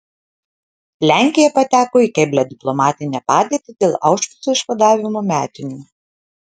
lenkija pateko į keblią diplomatinę padėtį dėl aušvico išvadavimo metinių